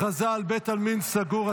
הכרזה על בית עלמין סגור),